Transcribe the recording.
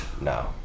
No